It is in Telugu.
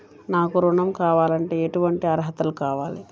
నాకు ఋణం కావాలంటే ఏటువంటి అర్హతలు కావాలి?